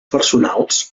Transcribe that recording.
personals